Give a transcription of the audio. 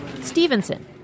Stevenson